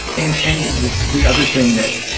and and the other thing that